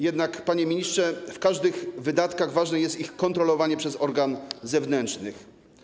Jednak, panie ministrze, w przypadku każdych wydatków ważne jest ich kontrolowanie przez organ zewnętrzny.